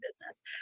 business